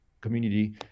community